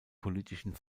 politischen